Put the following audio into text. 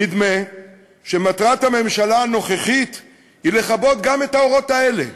נדמה שמטרת הממשלה הנוכחית היא לכבות גם את האורות האלה,